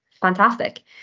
Fantastic